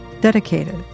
dedicated